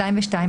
202,